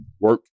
Work